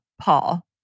Paul